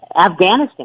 Afghanistan